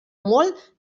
molt